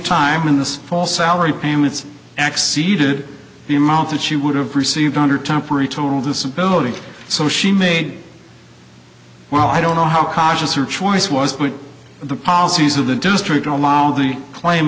time in this fall salary payments acceded the amount that she would have received under temporary total disability so she made well i don't know how conscious or choice was but the policies of the district allow the claim